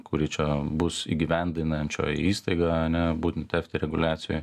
kuri čia bus įgyvendinančioji įstaiga ane būtent efte reguliacijoj